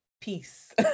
peace